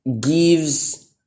gives